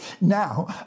now